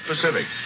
Pacific